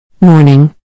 Morning